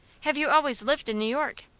have you always lived in new york?